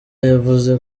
yavuze